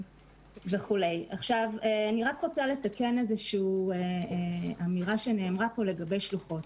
אני רק רוצה לתקן אמירה שנאמרה פה לגבי שלוחות.